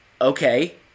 Okay